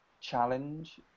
challenge